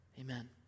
Amen